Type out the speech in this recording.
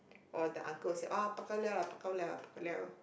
or the uncle will say ah bao-ka-liao lah bao-ka-liao bao-ka-liao